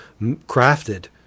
crafted